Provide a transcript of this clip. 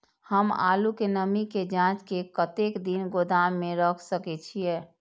हम आलू के नमी के जाँच के कतेक दिन गोदाम में रख सके छीए?